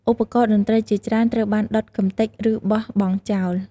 ឧបករណ៍តន្ត្រីជាច្រើនត្រូវបានដុត កម្ទេច ឬបោះបង់ចោល។